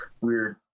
weird